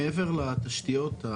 מעבר לתשתיות,